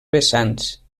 vessants